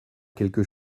quelque